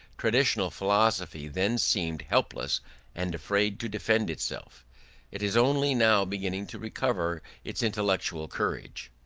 traditional philosophy then seemed helpless and afraid to defend itself it is only now beginning to recover its intellectual courage.